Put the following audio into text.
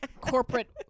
corporate